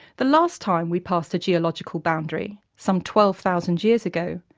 the last time we passed a geological boundary some twelve thousand years ago,